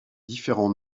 différents